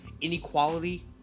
inequality